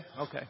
Okay